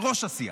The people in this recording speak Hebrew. ראש הסיעה.